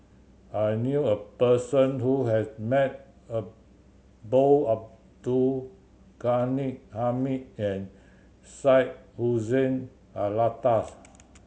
I knew a person who has met both Abdul Ghani Hamid and Syed Hussein Alatas